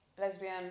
lesbian